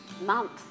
month